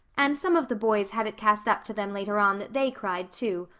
and some of the boys had it cast up to them later on that they cried too,